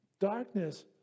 Darkness